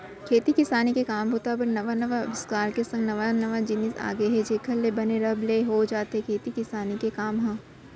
खेती किसानी के काम बूता बर नवा नवा अबिस्कार के संग नवा नवा जिनिस आ गय हे जेखर ले बने रब ले हो जाथे खेती किसानी के काम ह